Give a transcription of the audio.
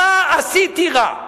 מה עשיתי רע?